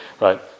right